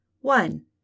One